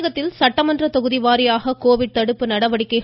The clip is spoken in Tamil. தமிழகத்தில் சட்டமன்ற தொகுதிவாரியாக கோவிட் தடுப்பு நடவடிக்கைகளை கே